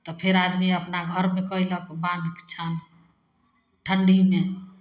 तऽ फेर आदमी अपना घरमे केलक बान्ह छान्ह ठण्डीमे